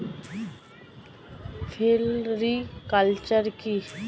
Floriculture কি?